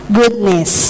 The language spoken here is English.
goodness